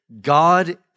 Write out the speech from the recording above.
God